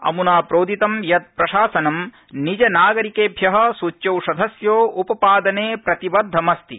अमना प्रोदित यत् प्रशासनं निज नागरिकेभ्यः सूच्यौषधस्य उपपादने प्रतिबद्धमस्ति